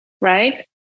right